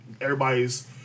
Everybody's